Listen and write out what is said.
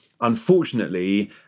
Unfortunately